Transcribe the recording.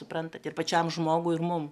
suprantat ir pačiam žmogui ir mum